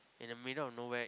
in the middle of nowhere